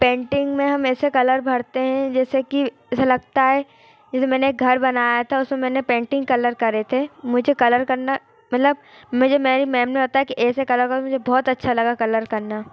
painting में हमेशा colour भरते हैं जैसे कि ऐसा लगता है जैसे मैंने एक घर बनाया था उस में मैंने पेंटिंग कलर करे थे मुझे कलर करना मतलब मुझे मेरी मैम ने बताया कि ऐसे कलर करो मुझे बहुत अच्छा लगा कलर करना